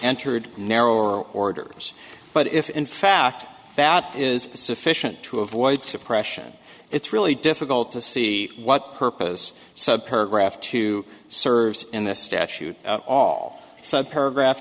entered narrower orders but if in fact that is sufficient to avoid suppression it's really difficult to see what purpose so paragraph two serves in this statute all sub her graph